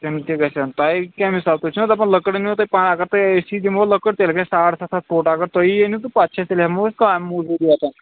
تمیُک تہِ گژھَن تۄہہِ کیٚمہِ حسابہٕ تُہۍ چھُو نا دپان لٔکٕر أنِو تُہۍ پانہٕ اگر أسی دِمو لٔکٕر تیٚلہِ گژھ ساڑٕ ستھ ہتھ پھُٹ اگر تُہی أنو تہٕ پتہٕ چھِ أسۍ تیٚلہِ ہیمو کامہِ مزوٗری یٲژ